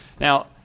Now